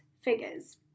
figures